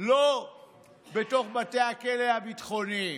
לא בתוך בתי הכלא הביטחוניים.